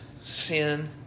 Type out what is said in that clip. sin